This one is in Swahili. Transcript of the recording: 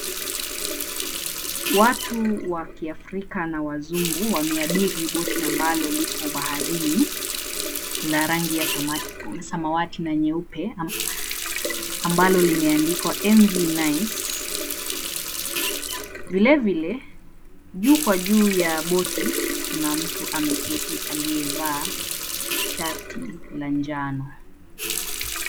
Watu wakiafrika na wazungu wameabiri boti ambalo lipo baharini la rangi ya samawati na nyeupe ambalo limeandikwa, MV Nice. Vile vile juu kwa juu ya boti kuna mtu ameketi aliyevaa shati la njano.